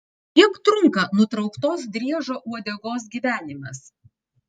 kiek trunka nutrauktos driežo uodegos gyvenimas